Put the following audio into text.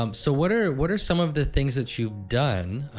um so what are what are some of the things that you've done